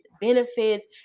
benefits